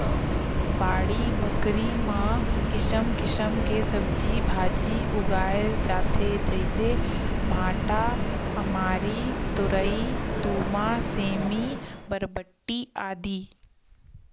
बाड़ी बखरी म किसम किसम के सब्जी भांजी उगाय जाथे जइसे भांटा, अमारी, तोरई, तुमा, सेमी, बरबट्टी, आदि